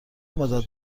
مدّت